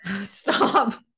Stop